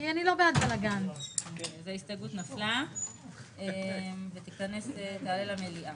ההסתייגות נפלה ותעלה למליאה.